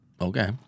okay